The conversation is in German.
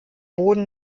boden